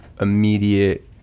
immediate